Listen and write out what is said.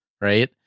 Right